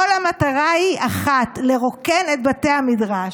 כל המטרה היא אחת: לרוקן את בתי המדרש.